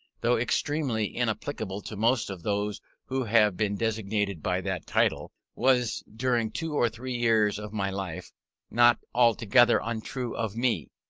though extremely inapplicable to most of those who have been designated by that title, was during two or three years of my life not altogether untrue of me.